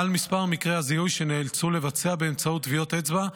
על מספר מקרי הזיהוי שנאלצו לבצע באמצעות טביעות אצבע,